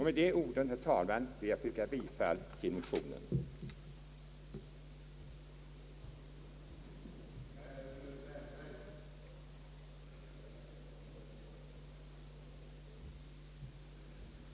Med de orden, herr talman, ber jag att få yrka bifall till utskottets förslag.